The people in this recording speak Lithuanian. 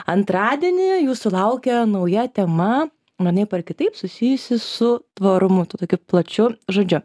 antradienį jūsų laukia nauja tema vienaip ar kitaip susijusi su tvarumu tuo tokiu plačiu žodžiu